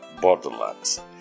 borderlands